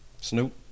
Snoop